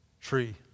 tree